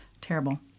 terrible